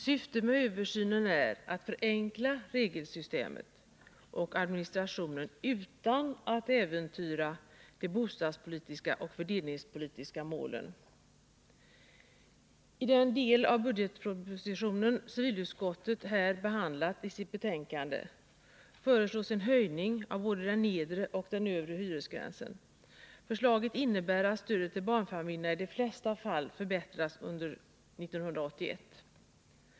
Syftet med översynen är att förenkla regelsystemet och administrationen utan att äventyra de bostadspolitiska och fördelningspolitiska målen. I den del av budgetpropositionen som civilutskottet har behandlat i sitt betänkande föreslås en höjning av både den nedre och den övre hyresgränsen. Förslaget innebär att stödet till barnfamiljerna i de flesta fall förbättras under 1981.